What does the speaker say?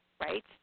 right